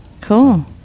Cool